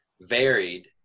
varied